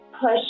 push